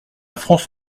france